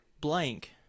blank